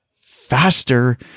faster